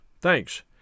Thanks